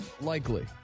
Likely